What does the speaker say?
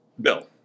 Bill